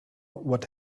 what